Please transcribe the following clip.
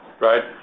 right